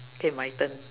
okay my turn